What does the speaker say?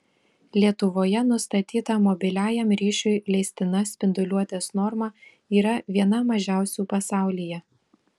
lietuvoje nustatyta mobiliajam ryšiui leistina spinduliuotės norma yra viena mažiausių pasaulyje